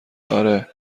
آره